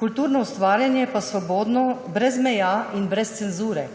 kulturno ustvarjanje pa svobodno, brez meja in brez cenzure.